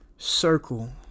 Circle